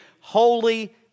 holy